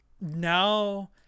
now